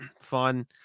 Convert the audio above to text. fun